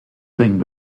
thing